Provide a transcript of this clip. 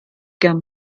gerne